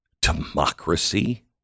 democracy